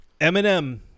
Eminem